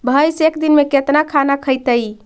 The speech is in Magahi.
भैंस एक दिन में केतना खाना खैतई?